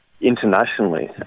internationally